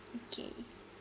okay